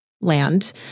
land